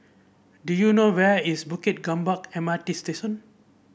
do you know where is Bukit Gombak M R T Station